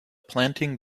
planting